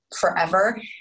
forever